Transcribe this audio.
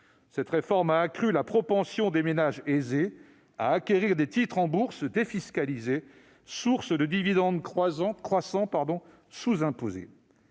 Cette réforme a accru la propension des ménages aisés à acquérir des titres en Bourse défiscalisés, sources de dividendes croissants sous-imposés.